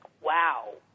wow